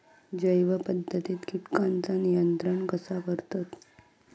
जैव पध्दतीत किटकांचा नियंत्रण कसा करतत?